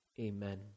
Amen